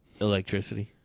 Electricity